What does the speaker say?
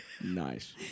Nice